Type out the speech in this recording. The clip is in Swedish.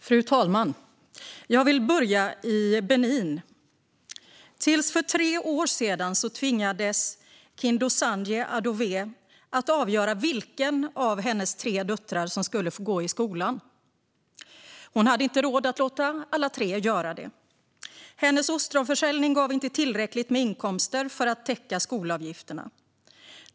Fru talman! Jag vill börja i Benin. Tills för tre år sedan tvingades Kindozandji Adové att avgöra vilken av hennes tre döttrar som skulle få gå i skolan. Hon hade inte råd att låta alla tre göra det. Hennes ostronförsäljning gav inte tillräckligt med inkomster för att täcka skolavgifterna.